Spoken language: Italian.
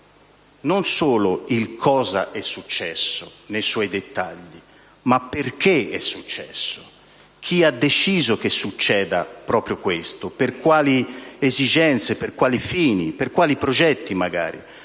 non solo cosa è successo nei suoi dettagli, ma perché è successo, chi ha deciso che succedesse proprio questo, per quali esigenze, per quali fini, per quali progetti.